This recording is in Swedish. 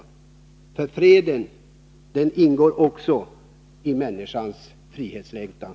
För freden ingår också i människans frihetslängtan.